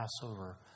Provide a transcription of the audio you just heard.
Passover